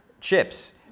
chips